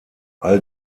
all